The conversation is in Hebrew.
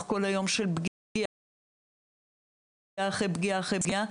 כל היום של פגיעה אחרי פגיעה אחרי פגיעה,